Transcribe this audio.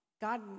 God